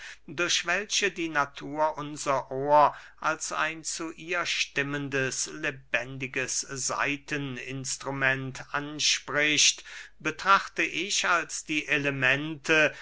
durch welche die natur unser ohr als ein zu ihr stimmendes lebendiges saiteninstrument anspricht betrachte ich als die elemente